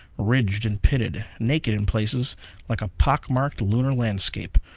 ridged and pitted, naked in places like a pockmarked lunar landscape.